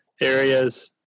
areas